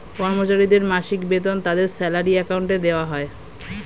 কর্মচারীদের মাসিক বেতন তাদের স্যালারি অ্যাকাউন্টে দেওয়া হয়